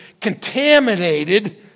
contaminated